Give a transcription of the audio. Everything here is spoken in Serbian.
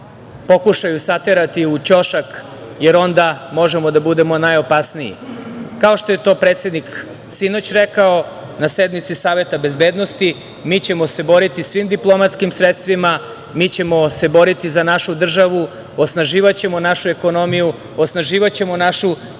pokušaju saterati u ćošak, jer onda možemo da budemo najopasniji. Kao što je to predsednik sinoć rekao na sednici Saveta bezbednosti mi ćemo se boriti svim diplomatskim sredstvima, mi ćemo se boriti za našu državu, osnaživaćemo našu ekonomiju, osnaživaćemo